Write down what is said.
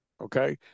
okay